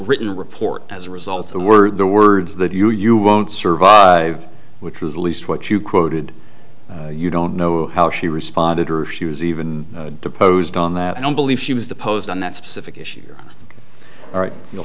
written report as a result the were the words that you you won't survive which was at least what you quoted you don't know how she responded or if she was even deposed on that i don't believe she was deposed on that specific issue or you'll